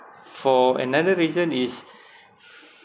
for another reason is